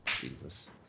Jesus